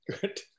Good